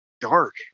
dark